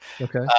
Okay